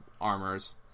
armors